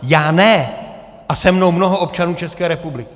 Já ne a se mnou mnoho občanů České republiky.